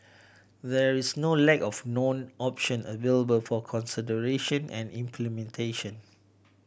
there is no lack of known option available for consideration and implementations